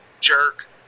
jerk